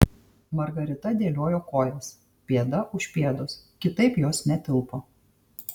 margarita dėliojo kojas pėda už pėdos kitaip jos netilpo